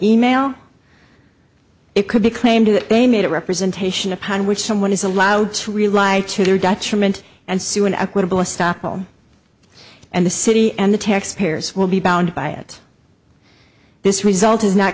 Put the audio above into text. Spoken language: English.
email it could be claimed that they made a representation upon which someone is allowed to rely to their detriment and sue an equitable stoppel and the city and the taxpayers will be bound by it this result is not